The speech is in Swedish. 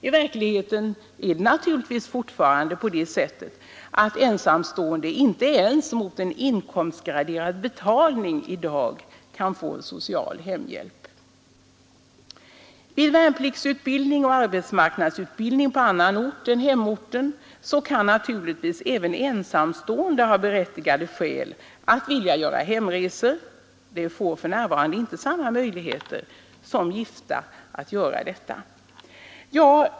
I verkligheten är det naturligtvis fortfarande på det sättet att ensamstående inte ens mot inkomstgraderad betalning i dag kan få social hemhjälp. Vid värnpliktsutbildning och arbetsmarknadsutbildning på annan ort än hemorten kan naturligtvis även ensamstående ha berättigade skäl att vilja göra hemresor. De får för närvarande inte samma möjligheter som gifta att göra detta.